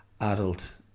adult